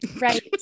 Right